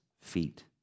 feet